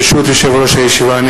ברשות יושב-ראש הישיבה,